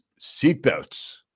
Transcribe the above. seatbelts